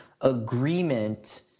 agreement